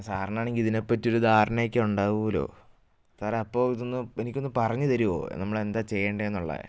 സാറിനാണെങ്കിൽ ഇതിനെപ്പറ്റിയൊരു ധാരണയൊക്കെ ഉണ്ടാകുമല്ലോ സാറെ അപ്പോൾ ഇതൊന്ന് എനിക്കൊന്ന് പറഞ്ഞ് തരുമോ നമ്മളെന്താ ചെയ്യേണ്ടത് എന്നുള്ള